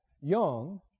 young